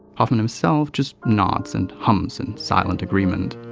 hoffman himself just nods and hums in silent agreement.